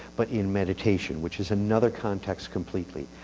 but in meditation, which is another context completely.